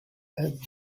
have